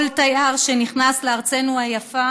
כל תייר שנכנס לארצנו היפה